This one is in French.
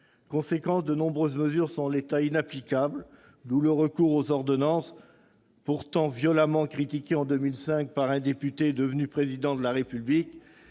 conséquence, de nombreuses mesures sont, en l'état, inapplicables. D'où le recours aux ordonnances, pourtant violemment critiqué en 2005 par un député devenu depuis lors Président de la République,